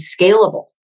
scalable